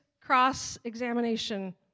cross-examination